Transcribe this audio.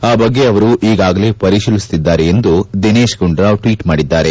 ಆ ಬಗ್ಗೆ ಅವರು ಈಗಾಗಲೇ ಪರಿತೀಲಿಸುತ್ತಿದ್ದಾರೆ ಎಂದು ದಿನೇತ್ ಗುಂಡೂರಾವ್ ಟ್ವೀಟ್ ಮಾಡಿದ್ದಾರೆ